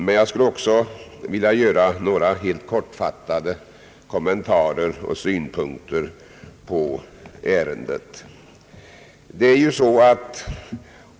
Men jag skulle därutöver vilja ge några kortfattade kommentarer och synpunkter på denna fråga.